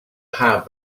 have